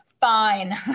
Fine